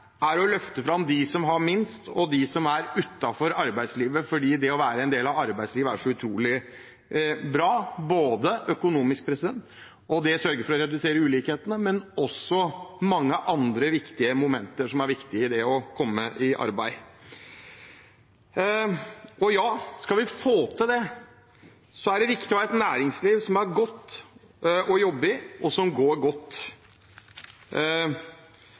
er å løfte fram dem som har minst, og dem som er utenfor arbeidslivet, for det å være en del av arbeidslivet er utrolig bra, både for det økonomiske og for å sørge for å redusere ulikhetene – mange andre momenter som er viktige for å komme i arbeid. Skal vi få til det, er det viktig å ha et næringsliv der det er godt å jobbe, og som går godt,